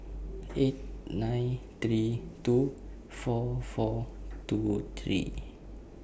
eight nine three two four four two three